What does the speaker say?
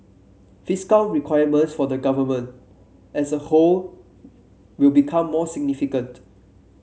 fiscal requirements for the Government as a whole will become more significant